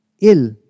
ill